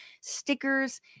stickers